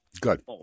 Good